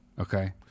Okay